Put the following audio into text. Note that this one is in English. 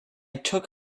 took